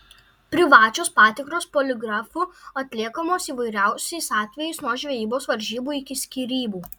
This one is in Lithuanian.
privačios patikros poligrafu atliekamos įvairiausiais atvejais nuo žvejybos varžybų iki skyrybų